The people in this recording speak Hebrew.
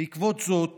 בעקבות זאת